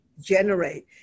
generate